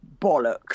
bollocks